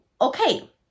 okay